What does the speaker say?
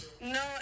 No